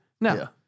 No